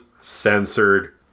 censored